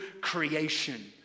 creation